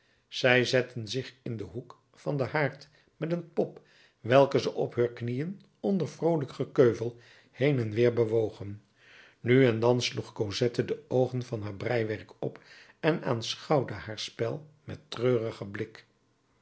zij zetten zich in den hoek van den haard met een pop welke ze op heur knieën onder vroolijk gekeuvel heen en weer bewogen nu en dan sloeg cosette de oogen van haar breiwerk op en aanschouwde haar spel met treurigen blik